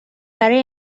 برای